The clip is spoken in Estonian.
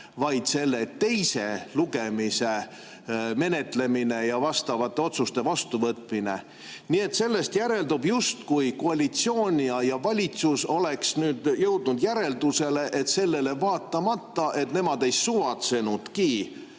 vaid selle teise lugemise menetlemine ja vastavate otsuste vastuvõtmine. Nii et sellest järeldub, justkui koalitsioon ja valitsus oleks jõudnud järeldusele, et sellele vaatamata, et nemad ei suvatsenudki